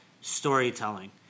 storytelling